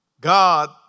God